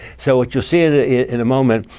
so what you'll see and in a moment,